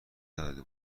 نداده